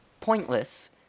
pointless